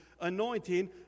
anointing